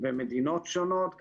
במדינות שונות,